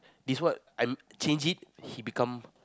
this what I'm change it he become